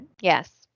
Yes